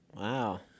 Wow